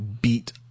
beat